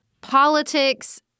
politics